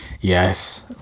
yes